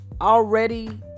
already